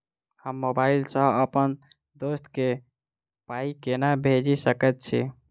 हम मोबाइल सअ अप्पन दोस्त केँ पाई केना भेजि सकैत छी?